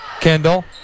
Kendall